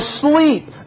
sleep